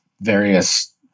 various